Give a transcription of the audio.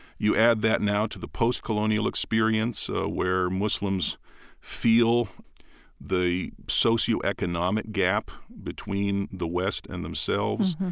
you add that now to the post-colonial experience where muslims feel the socioeconomic gap between the west and themselves.